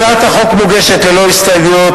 הצעת החוק מוגשת ללא הסתייגויות,